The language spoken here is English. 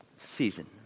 Season